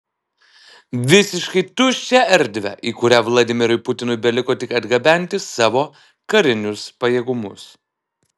visiškai tuščią erdvę į kurią vladimirui putinui beliko tik atgabenti savo karinius pajėgumus